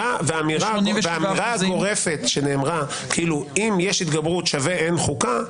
והאמירה הגורפת שנאמרה שאם יש התגברות משמעה שאין חוקה,